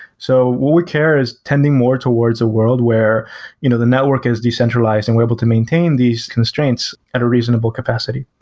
so what we care is tending more towards a world where you know the network is decentralized and we're able to maintain these constraints at a reasonable capacity.